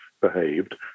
behaved